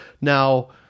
Now